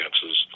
chances